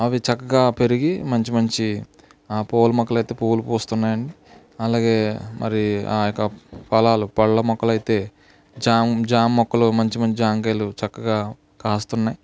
అవి చక్కగా పెరిగి మంచి మంచి ఆ పూల మొక్కలైతే పూలు పూస్తున్నాయండి అలాగే మరి ఆ యొక్క ఫలాలు పళ్ళ ముక్కలైతే జామ జామ మొక్కలు మంచి మంచి జామకాయలు చక్కగా కాస్తున్నాయి